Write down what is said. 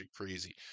crazy